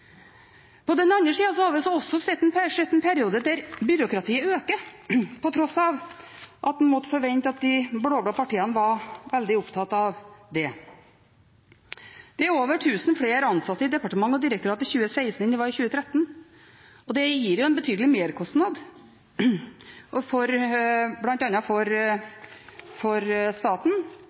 På den annen side har vi hatt en stortingsperiode da byråkratiet har økt – til tross for at en måtte forvente at de blå-blå partiene ville være veldig opptatt av det. Det var over 1 000 flere ansatte i departementer og direktorater i 2016 enn det var i 2013. Det gir en betydelig merkostnad, bl.a. for